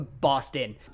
Boston